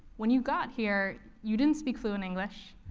when you got here, you didn't speak fluent english?